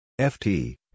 FT